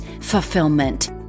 fulfillment